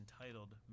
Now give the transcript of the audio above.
entitled